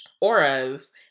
auras